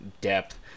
depth